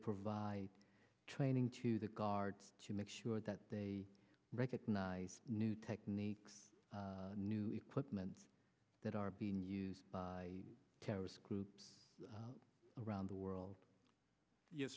provide training to the guards to make sure that they recognize new techniques new equipment that are being used by terrorist groups around the world